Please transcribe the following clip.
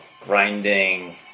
grinding